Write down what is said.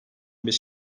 beş